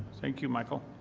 thank you, michael.